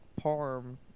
parm